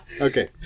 Okay